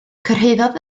cyrhaeddodd